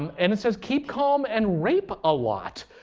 um and it says, keep calm and rape a lot.